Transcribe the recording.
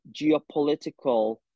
geopolitical